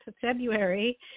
February